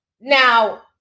Now